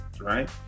right